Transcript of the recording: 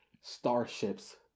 starships